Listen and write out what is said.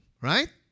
Right